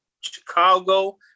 Chicago